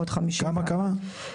כמה, כמה?